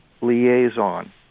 liaison